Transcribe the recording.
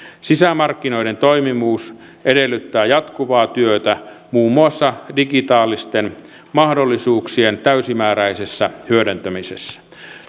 sisämarkkinoiden toimivuus edellyttää jatkuvaa työtä muun muassa digitaalisten mahdollisuuksien täysimääräisessä hyödyntämisessä